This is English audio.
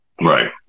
Right